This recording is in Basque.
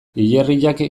hilerriak